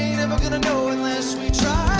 gonna know unless we try